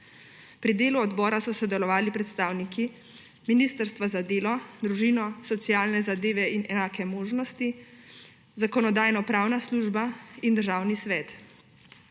Pri delu odbora so sodelovali predstavniki Ministrstva za delo, družino, socialne zadeve in enake možnosti, Zakonodajno-pravne službe in Državnega sveta.